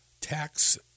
tax